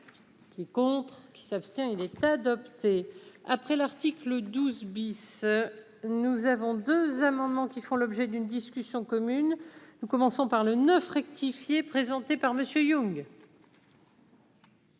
Qui compte qui s'abstient, il est adopté, après l'article 12 bis, nous avons 2 amendements qui font l'objet d'une discussion commune nous commençons par le 9 rectifié présenté par Monsieur